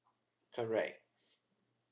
correct